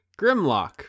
Grimlock